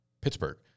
Pittsburgh